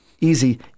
easy